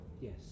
Yes